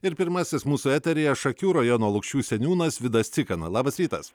ir pirmasis mūsų eteryje šakių rajono lukšių seniūnas vidas cikana labas rytas